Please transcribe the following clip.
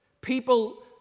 people